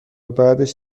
بعدش